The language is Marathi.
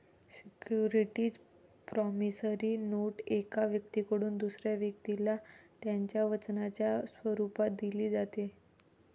सिक्युरिटी प्रॉमिसरी नोट एका व्यक्तीकडून दुसऱ्या व्यक्तीला त्याच्या वचनाच्या स्वरूपात दिली जाते